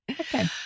Okay